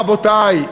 רבותי,